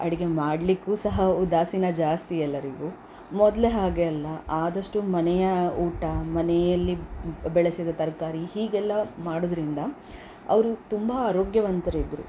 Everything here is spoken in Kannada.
ಅಡುಗೆ ಮಾಡಲಿಕ್ಕೂ ಸಹ ಉದಾಸೀನ ಜಾಸ್ತಿ ಎಲ್ಲರಿಗೂ ಮೊದಲೇ ಹಾಗೆ ಅಲ್ಲ ಆದಷ್ಟೂ ಮನೆಯ ಊಟ ಮನೆಯಲ್ಲಿ ಬೆಳೆಸಿದ ತರಕಾರಿ ಹೀಗೆಲ್ಲ ಮಾಡೋದ್ರಿಂದ ಅವರು ತುಂಬ ಆರೋಗ್ಯವಂತರಿದ್ದರು